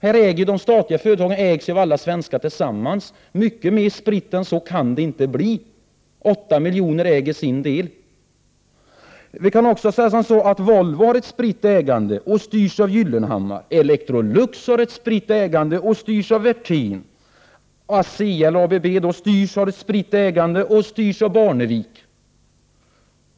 Här ägs ju de statliga företagen av alla svenskar tillsammans. Mycket mer spritt kan det inte bli än när 8 miljoner äger sin del. Volvo har ett spritt ägande och styrs av Gyllenhammar. Electrolux har ett spritt ägande och styrs av Werthén. ABB har ett spritt ägande och styrs av Barnevik.